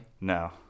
No